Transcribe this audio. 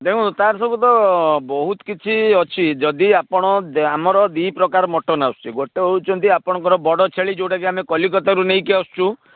ଦେଖନ୍ତୁ ତାର ସବୁତ ବହୁତ କିଛି ଅଛି ଯଦି ଆପଣ ଆମର ଦୁଇ ପ୍ରକାର ମଟନ୍ ଆସୁଛି ଗୋଟେ ହେଉଛନ୍ତି ଆପଣଙ୍କର ବଡ଼ ଛେଳି ଯେଉଁଟାକି ଆମେ କଲିକତାରୁ ନେଇକି ଆସୁଛୁ